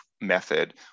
method